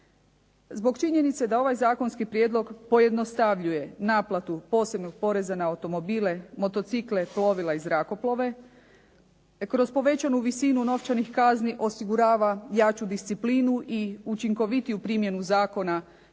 Zbog činjenice da ovaj zakonski prijedlog pojednostavljuje naplatu posebnog poreza na automobile, motocikle, plovila i zrakoplove kroz povećanu visinu novčanih kazni osigurava jaču disciplinu i učinkovitiju primjenu zakona.